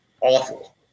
awful